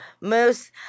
moose